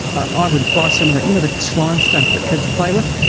i would buy some of that you know, that slime stuff that kids play with?